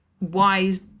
wise